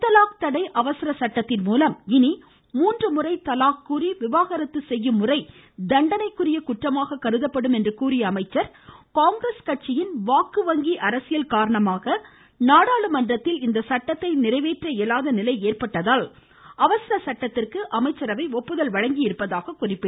முத்தலாக் தடை அவசர சட்டத்தின் மூலம் இனி மும்முறை தலாக் கூறி விவாகரத்து செய்யும் முறை தண்டனைக்குரிய குற்றமாக கருதப்படும் என்று கூறிய அமைச்சர் காங்கிரஸ் கட்சியின் வாக்கு வங்கி அரசியல் காரணமாக நாடாளுமன்றத்தில் இந்த சட்டத்தை நிறைவேற்ற இயலாத நிலை ஏற்பட்டதால் அவசர சட்டத்திற்கு அமைச்சரவை ஒப்புதல் வழங்கியதாக கூறினார்